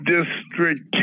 District